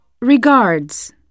Regards